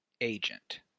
agent